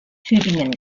tübingen